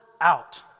out